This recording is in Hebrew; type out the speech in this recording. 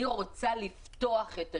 אני רוצה לפתוח את השוק,